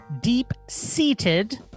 deep-seated